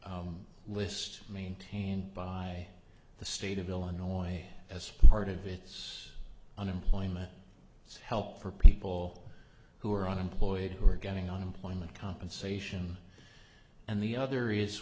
list maintained by the state of illinois as part of it unemployment help for people who are unemployed who are getting unemployment compensation and the other is